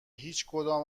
هیچکدام